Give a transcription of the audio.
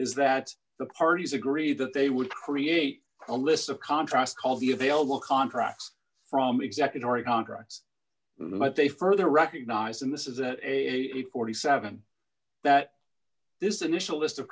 is that the parties agree that they would create a list of contrast called the available contracts from exacting or a contracts might they further recognize and this is a forty seven that this initial list of